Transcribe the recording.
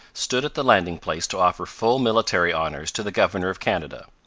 stood at the landing-place to offer full military honours to the governor of canada.